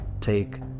take